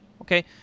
okay